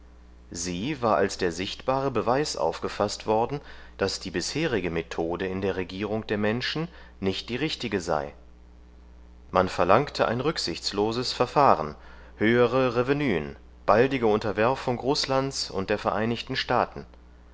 sie war als der sichtbare beweis aufgefaßt worden daß die bisherige methode in der regierung der menschen nicht die richtige sei man verlangte ein rücksichtsloses verfahren höhere revenuen baldige unterwerfung rußlands und der vereinigten staaten